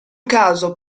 caso